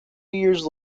years